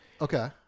okay